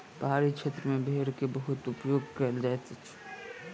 पहाड़ी क्षेत्र में भेड़ के बहुत उपयोग कयल जाइत अछि